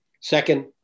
Second